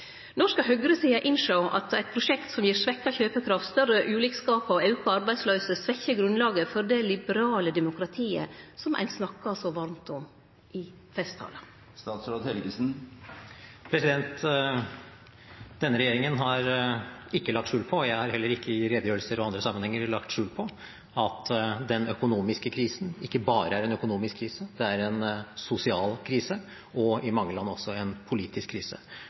innsjå at eit prosjekt som gir svekt kjøpekraft, større ulikskapar og auka arbeidsløyse, svekkjer grunnlaget for det liberale demokratiet som ein snakkar så varmt om i festtalar? Denne regjeringen har ikke lagt skjul på, og jeg har heller ikke i redegjørelser og andre sammenhenger lagt skjul på, at den økonomiske krisen ikke bare er en økonomisk krise – det er en sosial krise og i mange land også en politisk krise.